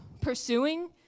pursuing